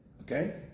Okay